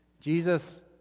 Jesus